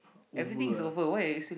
over ah